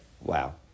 Wow